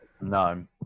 No